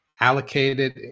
allocated